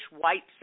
white